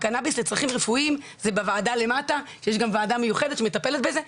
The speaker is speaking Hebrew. הקנאביס לצרכים רפואיים זה בוועדה למטה ויש גם ועדה מיוחדת שמטפלת בזה,